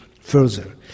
further